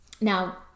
Now